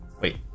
wait